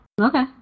Okay